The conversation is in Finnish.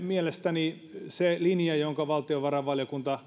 mielestäni se linja jonka valtiovarainvaliokunta